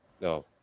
No